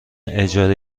اجاره